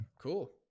Cool